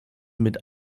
mit